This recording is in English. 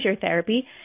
therapy